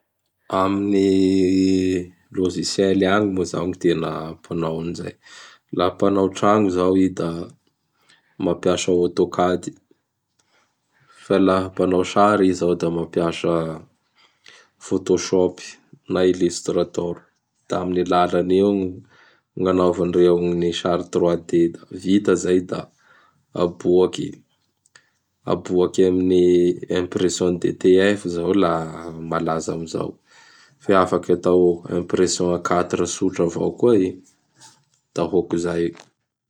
Amin'ny logiciel agny moa izao gny tena mpanao an'izay. Laha mpanao tragno izao i da mampiasa "Autocad", fa laha mpanao sary i zao da mampiasa "Photoshop" na "Illustrator"; da am gn alalan'io gn gn'anaovandreo gn ny sary Trois D. Da vita izay da aboaky. Aboaky amin'gny impression DTF zao laha gny malaza amin'izao. Fe afaky atao impression A Quatre tsotra avao koa i; da hôkizay.